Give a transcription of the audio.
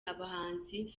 abahanzi